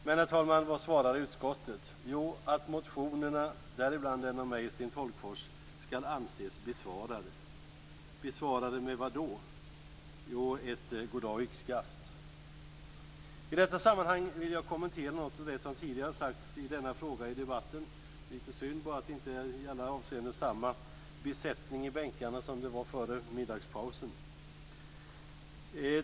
Men, herr talman, vad svarar utskottet? Jo, man svarar att motionerna, däribland den av mig och Sten I detta sammanhang vill jag kommentera något av det som tidigare sagts i denna fråga i debatten. Det är bara synd att det inte är samma besättning i bänkarna som det var före middagspausen.